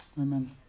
Amen